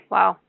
Wow